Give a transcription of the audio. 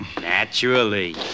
Naturally